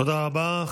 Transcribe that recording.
תודה רבה.